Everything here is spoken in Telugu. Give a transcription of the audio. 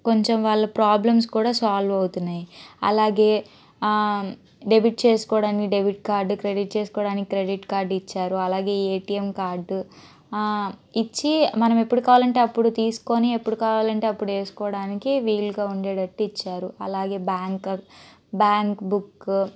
కొంచం వాళ్ళ ప్రాబ్లమ్స్ కూడా సాల్వ్ అవుతున్నాయి అలాగే డెబిట్ చేసుకోవడానికి డెబిట్ కార్డ్ క్రెడిట్ చేసుకోవడానికి క్రెడిట్ కార్డ్ ఇచ్చారు అలాగే ఈ ఏటీఎం కార్డు ఇచ్చి మనం ఎప్పుడు కావాలంటే అప్పుడు తీసుకొని ఎప్పుడు కావాలంటే అప్పుడు వేసుకోవడానికి వీలుగా ఉండేటట్టు ఇచ్చారు అలాగే బ్యాం బ్యాంక్ బుక్ బ్యాంక్ అక్ బ్యాంక్ బుక్కు